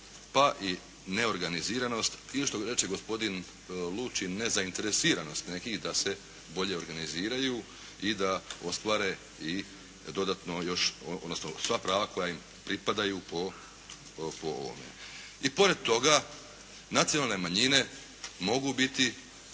pa i neorganiziranost i što reče gospodin Lučin nezainteresiranost nekih da se bolje organiziraju i da ostvare i dodatno još odnosno sva prava koja im pripadaju po ovome. I pored toga nacionalne manjine mogu biti